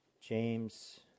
James